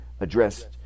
addressed